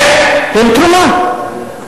הן תרומה.